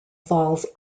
falls